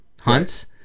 hunts